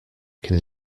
can